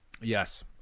Yes